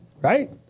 Right